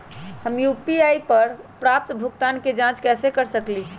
हम यू.पी.आई पर प्राप्त भुगतान के जाँच कैसे कर सकली ह?